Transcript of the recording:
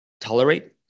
tolerate